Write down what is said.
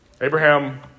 Abraham